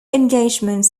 engagements